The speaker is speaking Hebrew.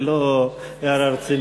ולא כהערה רצינית.